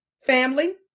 family